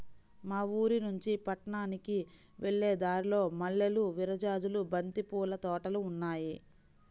మా ఊరినుంచి పట్నానికి వెళ్ళే దారిలో మల్లెలు, విరజాజులు, బంతి పూల తోటలు ఉన్నాయ్